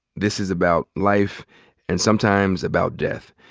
this is about life and sometimes about death.